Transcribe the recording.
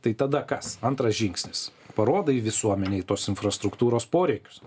tai tada kas antras žingsnis parodai visuomenei tos infrastruktūros poreikius